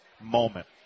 moment